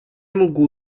mógł